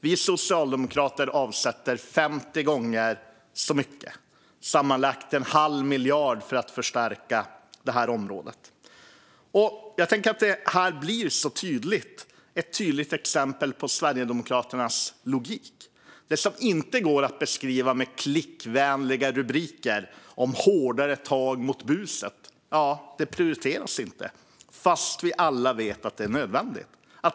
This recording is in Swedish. Vi socialdemokrater avsätter 50 gånger så mycket - sammanlagt en halv miljard - för att förstärka det här området. Detta är ett tydligt exempel på Sverigedemokraternas logik. Det som inte går att beskriva med klickvänliga rubriker om hårdare tag mot buset prioriteras inte, trots att vi alla vet att det är nödvändigt.